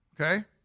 okay